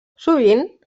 sovint